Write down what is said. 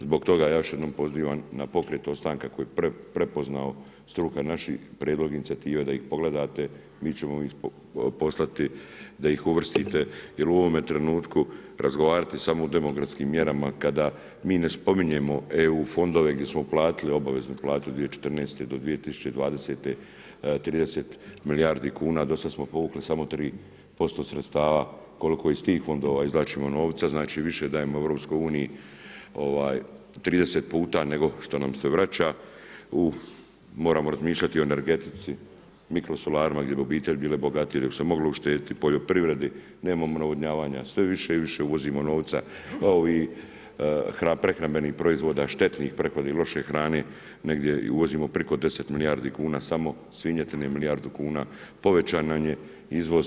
Zbog toga ja još jednom pozivam na pokret ostanka koji je prepoznao struka naših, prijedlog inicijative da ih pogledate, mi ćemo ih poslati da ih uvrstite jer u ovome trenutku razgovarati samo o demografskim mjerama kada mi ne spominjemo EU fondove gdje smo platili, obavezni platili 2014. do 2020. 30 milijuna kuna, do sada smo povukli samo 3% sredstava koliko iz tih fondova izvlačimo novca, znači više dajemo EU 30 puta nego što nam se vraća u, moramo razmišljati o energetici, mikrosolarima gdje bi obitelji bile bogatije, dok se moglo uštedjeti, poljoprivredi, nemamo navodnjavanja, sve više i više uvozimo novca, prehrambenih proizvoda, štetnih, … loše hrane negdje i uvozimo preko 10 milijardi kuna, samo svinjetine milijardu kuna, povećan nam je izvoz.